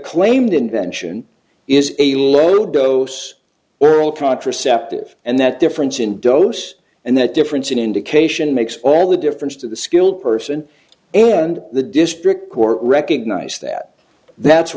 claimed invention is a low dose early contraceptive and that difference in dose and that difference in indication makes all the difference to the skilled person and the district court recognized that that's